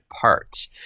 parts